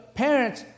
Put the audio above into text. parents